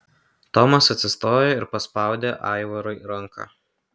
tomas atsistojo ir paspaudė aivarui ranką